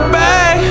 back